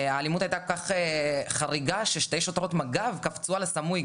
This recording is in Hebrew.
האלימות הייתה כל כך חריגה ששתי שוטרות מג"ב קפצו על הסמוי.